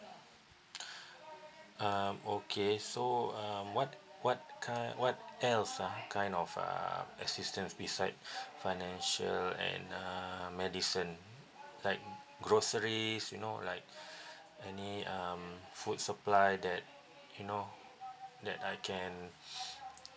um okay so um what what ki~ what else ah kind of uh assistance beside financial and uh medicine like groceries you know like any um food supply that you know that I can